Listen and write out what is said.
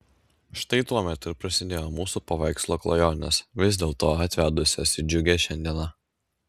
štai tuomet ir prasidėjo mūsų paveikslo klajonės vis dėlto atvedusios į džiugią šiandieną